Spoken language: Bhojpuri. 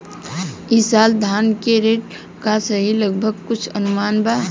ई साल धान के रेट का रही लगभग कुछ अनुमान बा?